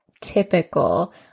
typical